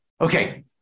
Okay